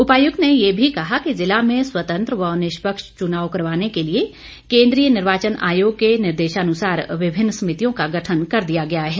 उपायुक्त ने यह भी कहा कि जिला में स्वतंत्र व निष्पक्ष चुनाव करवाने के लिए केंद्रीय निर्वाचन आयोग के निर्देशानुसार विभिन्न समितियों का गठन कर दिया गया है